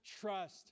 trust